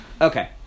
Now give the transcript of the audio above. Okay